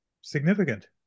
significant